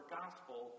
gospel